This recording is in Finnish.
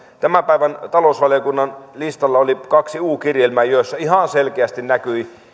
tämän päivän talousvaliokunnan listalla oli kaksi u kirjelmää joissa ihan selkeästi näkyi